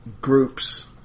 groups